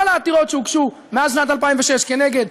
כל העתירות שהוגשו מאז שנת 2006 כנגד,